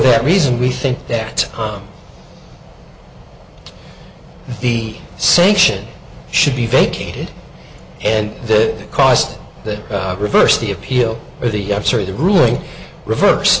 that reason we think that on the sanction should be vacated and that caused that reverse the appeal of the story the ruling reverse